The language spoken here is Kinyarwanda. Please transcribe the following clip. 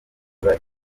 imana